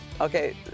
Okay